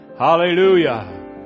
Hallelujah